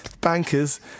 Bankers